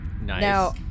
Nice